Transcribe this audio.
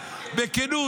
בכנות?